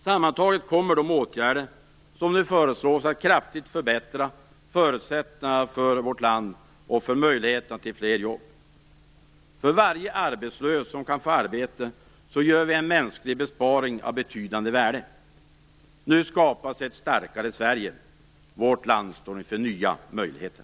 Sammantaget kommer de åtgärder som nu föreslås att kraftigt förbättra förutsättningarna för vårt land och för möjligheterna till fler jobb. För varje arbetslös som kan få arbete gör vi en mänsklig besparing av betydande värde. Nu skapas ett starkare Sverige. Vårt land står inför nya möjligheter.